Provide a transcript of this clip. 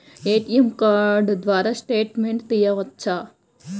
ATM card ద్వారా statement తీయవచ్చా?